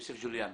יוסף ג'יליאן.